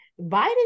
Biden